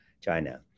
China